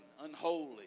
unholy